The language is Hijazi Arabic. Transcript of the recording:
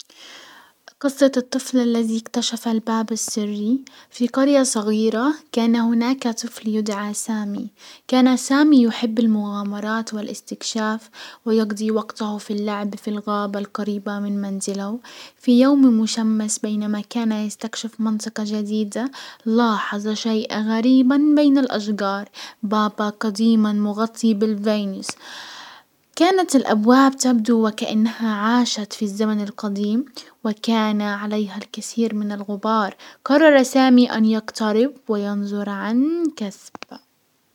قصة الطفل الزي اكتشف الباب السري، في قرية صغيرة كان هناك طفل يدعى سامي. كان سامي يحب المغامرات والاستكشاف ويقضي وقته في اللعب في الغابة القريبة من منزله. في يوم مشمس بينما كان يستكشف منطقة جديدة لاحز شيء غريبا بين الاشجار، بابا قديما مغطي بالفاينيس. كانت الابواب تبدو وكانها عاشت في الزمن القديم، وكان عليها الكسير من الغبار. قرر سامي ان يقترب وينزر عن كثب.